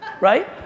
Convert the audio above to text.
Right